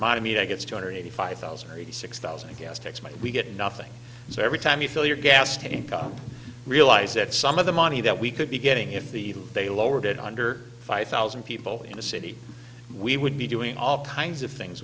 i gets two hundred eighty five thousand or eighty six thousand gas tax might we get nothing so every time you fill your gas tank up realize that some of the money that we could be getting if the they lowered it under five thousand people in the city we would be doing all kinds of things